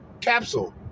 Capsule